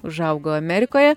užaugo amerikoje